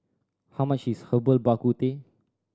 how much is Herbal Bak Ku Teh